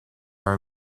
are